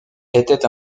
était